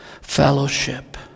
fellowship